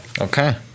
Okay